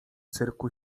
cyrku